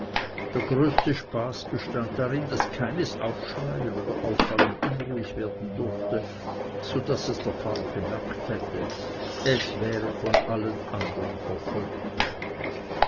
der größte spaß bestund darin daß keines aufschreien oder auffallend unruhig werden durfte so daß es der pfarrer gemerkt hätte es wäre von allen andern verfolgt worden